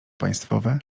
państwowe